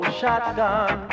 shotgun